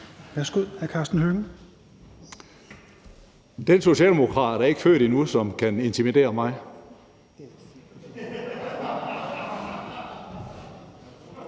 Kl. 18:57 Karsten Hønge (SF): Den socialdemokrat er ikke født endnu, som kan intimidere mig.